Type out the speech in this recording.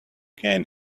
gain